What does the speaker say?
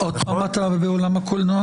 עוד פעם מעולם הקולנוע.